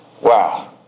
Wow